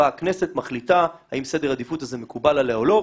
והכנסת מחליטה האם סדר העדיפות הזה מקובל עליה או לא,